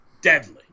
deadly